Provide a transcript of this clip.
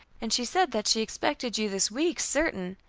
and she said that she expected you this week certain.